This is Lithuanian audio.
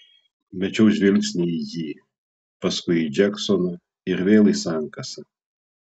mečiau žvilgsnį į jį paskui į džeksoną ir vėl į sankasą